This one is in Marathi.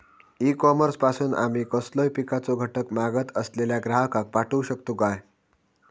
ई कॉमर्स पासून आमी कसलोय पिकाचो घटक मागत असलेल्या ग्राहकाक पाठउक शकतू काय?